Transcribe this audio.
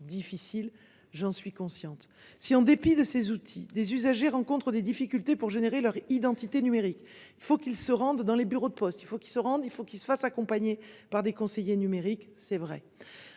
difficile, j'en suis consciente. Si, en dépit de ces outils des usagers rencontrent des difficultés pour générer leur identité numérique. Il faut qu'ils se rendent dans les bureaux de poste, il faut qu'il se rende, il faut qu'ils se fassent accompagner par des conseillers numériques c'est vrai